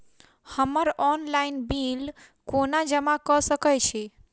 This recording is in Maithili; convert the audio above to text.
हम्मर ऑनलाइन बिल कोना जमा कऽ सकय छी?